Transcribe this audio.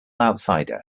outsider